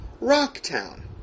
Rocktown